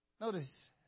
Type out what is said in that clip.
Notice